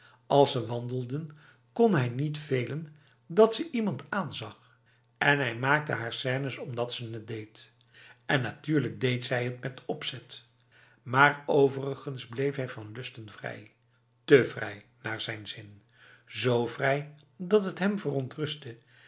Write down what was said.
als ze wandelden kon hij niet velen dat ze iemand aanzag en hij maakte haar scènes omdat ze het deed en natuurlijk deed zij het met opzet maar overigens bleef hij van lusten vrij te vrij naar zijn zin z vrij dat het hem verontrustte